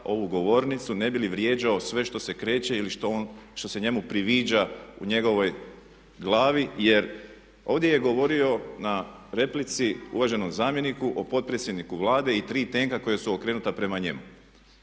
ovu govornicu ne bi li vrijeđao sve što se kreće ili što se njemu priviđa u njegovoj glavi. Jer ovdje je govorio na replici uvaženom zamjeniku o potpredsjedniku Vlade i tri tenka koja su okrenuta prema njemu.